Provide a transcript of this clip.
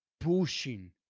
pushing